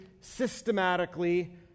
systematically